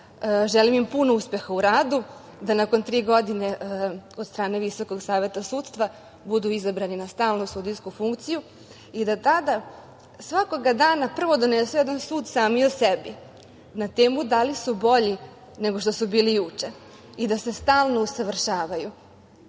Želim im puno uspeha u radu, da nakon tri godine od strane Visokog saveta sudstva budu izabrani na stalnu sudijsku funkciju i da tada svakoga dana prvo donesu jedan sud sami o sebi na temu da li su bolji nego što su bili juče i da stalno usavršavaju.